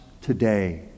today